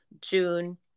June